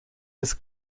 des